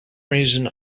reason